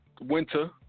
Winter